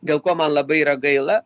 dėl ko man labai yra gaila